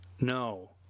no